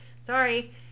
Sorry